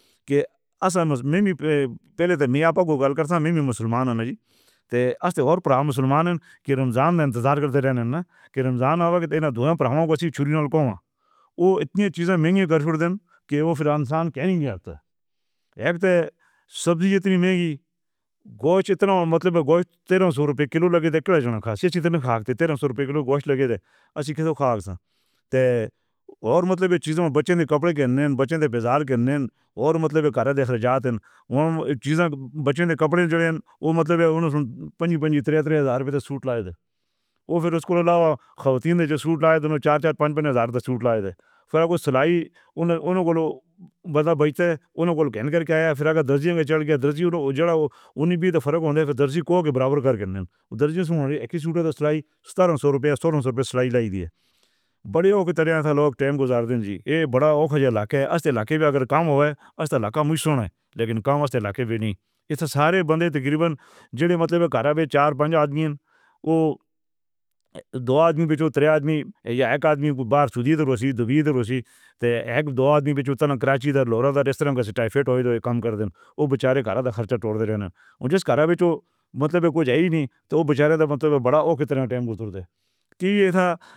کے آسام میں وی پہلے سن۔ میں آپ کو گال کردا واں، مسلماناں دے رمضان انتظار کردے رہنا۔ کے رمضان اوہ ایہناں چنگا سی۔ تے مطلب ایہہ چیزیں وچ بچے سن، کپڑے دے بچے سن، بازار دے تے مطلب؟ تے فیر اوہدے علاوہ تن جو سوٹ لائے، دونوں پنج ہزار دے سوٹ لائے سن۔ فیر آپ کوں سلائی اوہناں نوں گول گھن کے آیا، فیر اگر درزی وچ چڑھ گیا، اجڑا اوہ اوہناں وی تاں فرق برابر کر کے سلائی سترا سو روپے، سو انیسو سلائی لئی دتے۔ وڈے ہو کے لیکن ایہ تاں سارے بندے تقریباً چار پنج آدمی، اوہ دو آدمی سن۔ ہک دو آدمی وی جو کراچی دا سن، لورا دے ریسٹورانٹ دا سٹیفکیٹ ہویا تاں ہک کم کر دیوے، اوہ بچارے کرے سن، خرچہ توڑ دے رہے نی، اوہ جسٹ مطلب کجھ اے ہی نئیں، تاں اوہ بچارے سن مطلب وڈا۔